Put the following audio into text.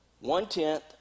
one-tenth